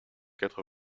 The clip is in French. quatre